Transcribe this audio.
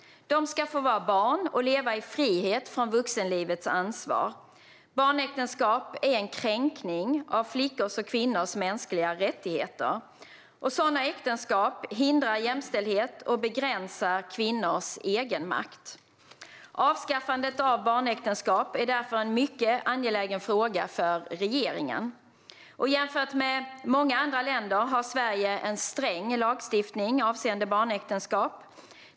De ska få vara barn och leva i frihet från vuxenlivets ansvar. Barnäktenskap är en kränkning av flickors och kvinnors mänskliga rättigheter. Sådana äktenskap hindrar jämställdhet och begränsar kvinnors egenmakt. Avskaffandet av barnäktenskap är därför en mycket angelägen fråga för regeringen. Jämfört med många andra länder har Sverige en sträng lagstiftning avseende barnäktenskap.